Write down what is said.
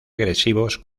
agresivos